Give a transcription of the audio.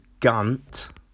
gunt